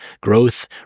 growth